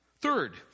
Third